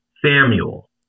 Samuel